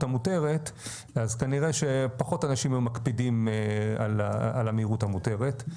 המותרת אז כנראה שפחות אנשים היו מקפידים על המהירות המותרת.